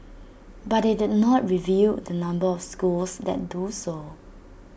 but IT did not reveal the number of schools that do so